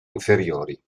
inferiori